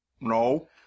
No